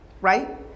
Right